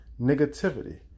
negativity